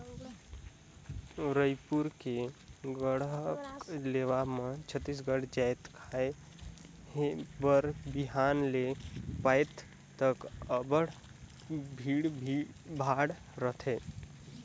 रइपुर के गढ़कलेवा म छत्तीसगढ़ जाएत खाए बर बिहान ले राएत तक अब्बड़ भीड़ भाड़ रहथे